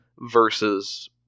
versus